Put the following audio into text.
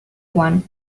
one